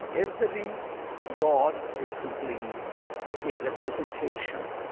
every god is simply a representation.